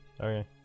Okay